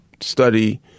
study